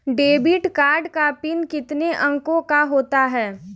Debit card का pin कितने अंकों का होता है?